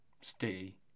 stay